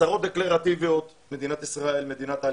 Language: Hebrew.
הצהרות דקלרטיביות, מדינת ישראל היא מדינת העלייה,